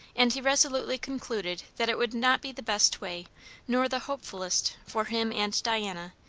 and he resolutely concluded that it would not be the best way nor the hopefulest, for him and diana,